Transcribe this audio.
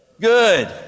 good